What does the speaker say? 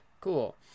cool